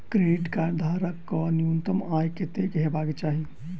Credit card धारक कऽ न्यूनतम आय कत्तेक हेबाक चाहि?